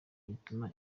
butuma